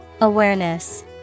Awareness